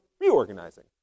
reorganizing